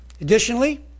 Additionally